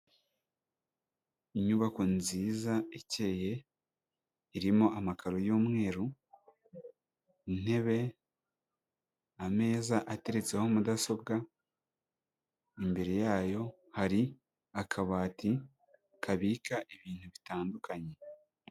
Inyubako nziza ikeye irimo amakaro y'umweru, intebe, ameza ateretseho mudasobwa, imbere yayo hari akabati kabika ibintu bitandukanye.